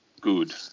good